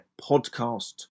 podcast